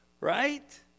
right